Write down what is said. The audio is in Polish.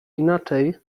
inaczej